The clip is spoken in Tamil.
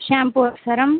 ஷாம்பு ஒரு சரம்